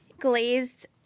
glazed